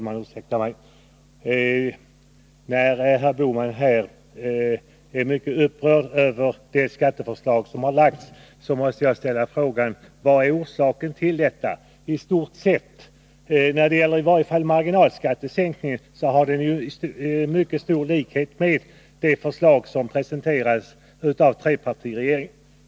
Jag ber, herr talman, om ursäkt. Herr Bohman är mycket upprörd över det skatteförslag som här har lagts fram. Jag måste då ställa frågan: Vad är orsaken till detta? I varje fall förslaget om en marginalskattesänkning har mycket stor likhet med det förslag som presenterades av trepartiregeringen.